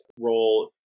role